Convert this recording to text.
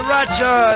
Roger